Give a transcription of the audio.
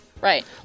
Right